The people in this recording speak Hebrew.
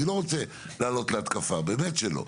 אני לא רוצה לעלות להתקפה, באמת שלא.